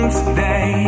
today